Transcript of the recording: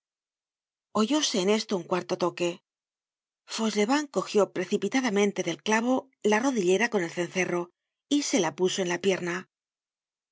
oyóse en esto un cuarto toque fauchelevent cogió precipitadamente del clavo la rodillera con el cencerro y se la puso en la pierna